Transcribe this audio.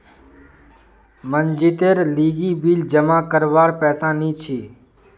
मनजीतेर लीगी बिल जमा करवार पैसा नि छी